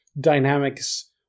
dynamics